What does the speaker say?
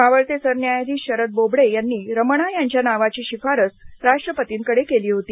मावळते सरन्यायाधीश शरद बोबडे यांनी रमणा यांच्या नावाची शिफारस राष्ट्रपतींकडे केली होती